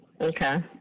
Okay